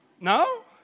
no